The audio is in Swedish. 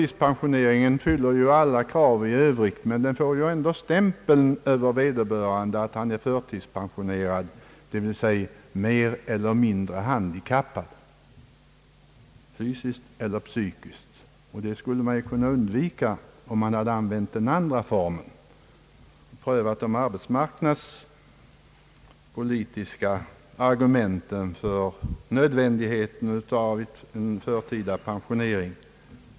Denna fyller ju alla krav i övrigt på att utgöra en fullgod pensionering men sätter ändå en stämpel på vederbörande av att vara »förtidspensionerad», dvs. mer eller mindre handikappad, fysiskt eller psykiskt. Detta förhållande skulle ha kunnat undvikas om man i stället tilllämpat den andra formen för förtidspensionering och prövat de arbetsmarknadspolitiska argumenten för en sådan pensionering.